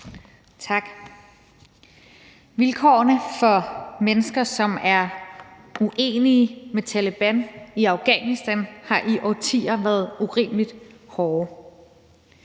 Tak. Vilkårene for mennesker, som er uenige med Taleban i Afghanistan, har i årtier været urimelig hårde.